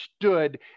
stood